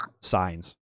signs